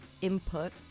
input